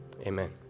Amen